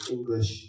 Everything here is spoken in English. English